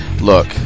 Look